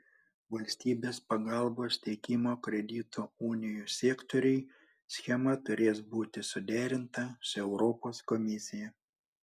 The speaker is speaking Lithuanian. valstybės pagalbos teikimo kredito unijų sektoriui schema turės būti suderinta su europos komisija